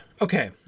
okay